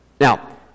Now